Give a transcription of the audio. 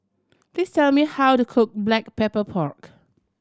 please tell me how to cook Black Pepper Pork